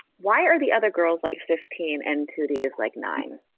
why are the other girls like fifteen and tootie is like nine.